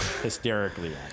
hysterically